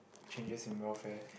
changes in welfare